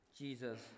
Jesus